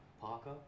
Parker